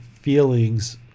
feelings